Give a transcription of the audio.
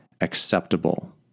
acceptable